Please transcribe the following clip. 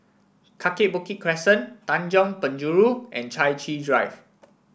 Kaki Bukit Crescent Tanjong Penjuru and Chai Chee Drive